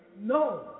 no